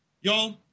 Y'all